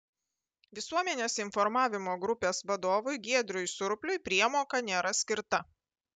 visuomenės informavimo grupės vadovui giedriui surpliui priemoka nėra skirta